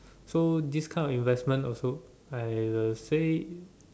so these kind of investments also I will say